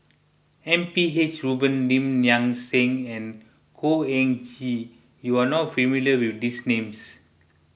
M P H Rubin Lim Nang Seng and Khor Ean Ghee you are not familiar with these names